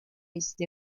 este